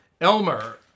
Elmer